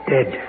Dead